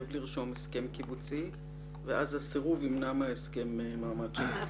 לרשום הסכם קיבוצי ואז הסירוב ימנע מעמד של הסכם תקף.